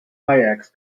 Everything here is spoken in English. kayaks